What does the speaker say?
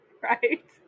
Right